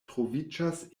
troviĝas